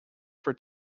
for